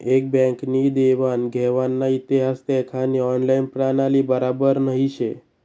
S Bank नी देवान घेवानना इतिहास देखानी ऑनलाईन प्रणाली बराबर नही शे